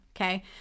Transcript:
okay